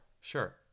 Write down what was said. Sure